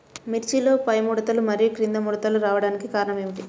మిర్చిలో పైముడతలు మరియు క్రింది ముడతలు రావడానికి కారణం ఏమిటి?